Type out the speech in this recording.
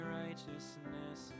righteousness